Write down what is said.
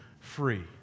free